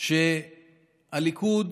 שהליכוד